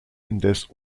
indes